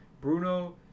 Bruno